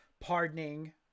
pardoning